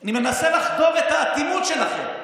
אני מנסה לחדור את האטימות שלכם.